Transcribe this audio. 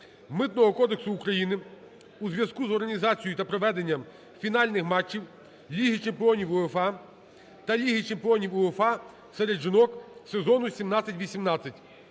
Митного кодексу України у зв'язку з організацією та проведенням фінальних матчів Ліги чемпіонів УЄФА та Ліги чемпіонів УЄФА серед жінок сезону 2017-2018